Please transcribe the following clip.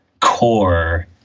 core